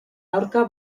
aurka